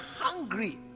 hungry